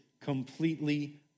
completely